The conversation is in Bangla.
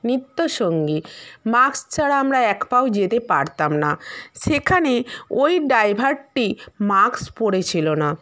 নিত্য সঙ্গী মাস্ক ছাড়া আমরা এক পাও যেতে পারতাম না সেখানে ওই ড্ৰাইভারটি মাস্ক পরেছিলো না